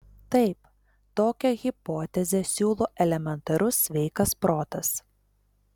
taip tokią hipotezę siūlo elementarus sveikas protas